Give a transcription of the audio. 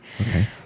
okay